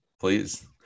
Please